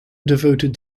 devoted